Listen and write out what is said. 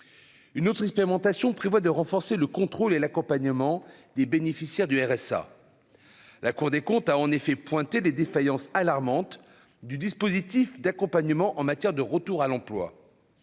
une autre expérimentation prévoit de renforcer le contrôle et l'accompagnement des bénéficiaires du RSA, la Cour des comptes a en effet pointé les défaillances alarmante du dispositif d'accompagnement en matière de retour à l'emploi,